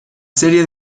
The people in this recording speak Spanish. serie